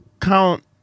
count